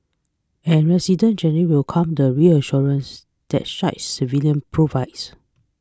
and residents generally welcome the reassurance that shy surveillance provides